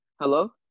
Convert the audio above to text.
Hello